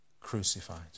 crucified